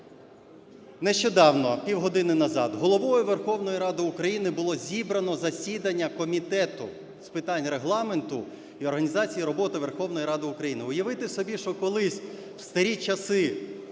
Нещодавно, півгодини назад, Головою Верховної Ради України було зібрано засідання Комітету з питань Регламенту і організації роботи Верховної Ради України. Уявити собі, що колись в старі часи,